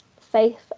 faith